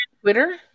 Twitter